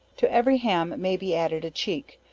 to every ham may be added a cheek,